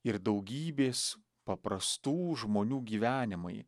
ir daugybės paprastų žmonių gyvenimai